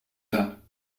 pas